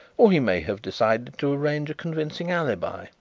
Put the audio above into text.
or he may have decided to arrange a convincing alibi,